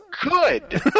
good